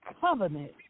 covenant